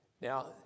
Now